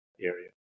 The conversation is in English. area